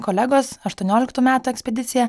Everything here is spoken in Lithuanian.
kolegos aštuonioliktų metų ekspedicija